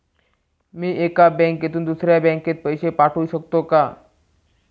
मी एका बँकेतून दुसऱ्या बँकेत पैसे पाठवू शकतो का?